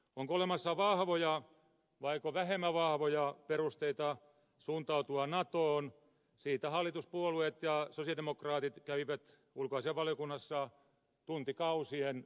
onko olemassa vahvoja vaiko vähemmän vahvoja perusteita suuntautua natoon siitä hallituspuolueet ja sosialidemokraatit kävivät ulkoasiainvaliokunnassa tuntikausien väännön